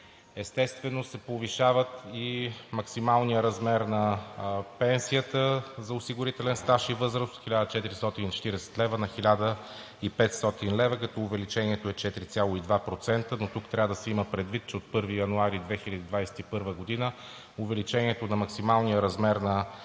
Естествено се повишава и максималният размер на пенсията за осигурителен стаж и възраст от 1440 лв. на 1500 лв., като увеличението е 4,2%. Но тук трябва да се има, предвид че от 1 януари 2021 г. увеличението на максималния размер на пенсията